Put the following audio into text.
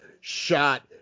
shot